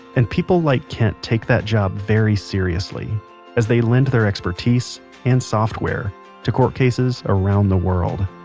and people like kent take that job very seriously as they lend their expertise and software to court cases around the world